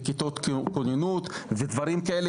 לכיתות כוננות ודברים כאלה,